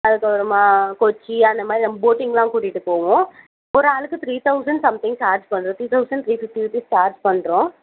அதுக்கப்புறமா கொச்சி அந்த மாதிரி நம்ம போட்டிங்லாம் கூட்டிட்டு போவோம் ஒரு ஆளுக்கு த்ரீ தௌசண்ட் சம்திங் சார்ஜ் பண்ணுறோம் two thousand three fifty rupees charge பண்ணுறோம்